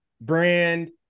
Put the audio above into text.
brand